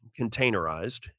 containerized